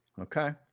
Okay